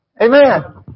Amen